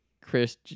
chris